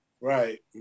Right